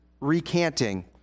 recanting